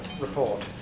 report